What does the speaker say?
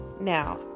Now